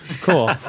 Cool